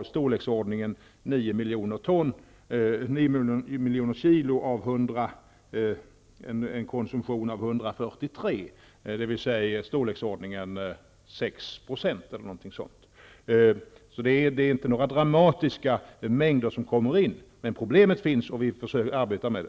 i storleksordningen 9 miljoner kilo, medan konsumtionen av nötkött låg på 143 miljoner. Importen motsvarar alltså ungefär 6 %. Det är således inte några dramatiska mängder som kommer in i landet. Men problemen finns, och vi försöker arbeta med det.